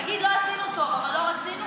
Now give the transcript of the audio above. תגיד שלא עשינו טוב, אבל לא רצינו?